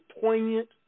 poignant